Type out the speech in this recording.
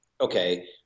okay